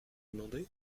demandez